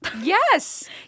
yes